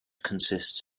consists